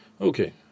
okay